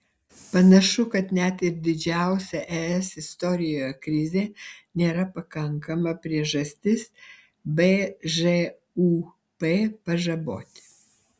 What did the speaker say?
panašu kad net ir didžiausia es istorijoje krizė nėra pakankama priežastis bžūp pažaboti